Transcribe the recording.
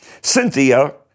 Cynthia